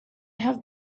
have